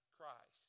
Christ